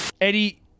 Eddie